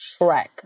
Shrek